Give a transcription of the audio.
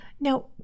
Now